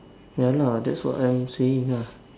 ya lah that's what I saying ah